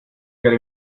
werde